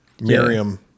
Miriam